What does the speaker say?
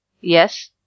Yes